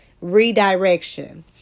redirection